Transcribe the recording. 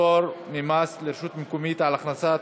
(פטור ממס לרשות מקומית על הכנסה